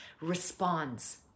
responds